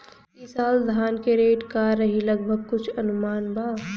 ई साल धान के रेट का रही लगभग कुछ अनुमान बा?